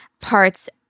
parts